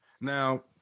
Now